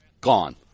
gone